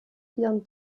ihren